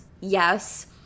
yes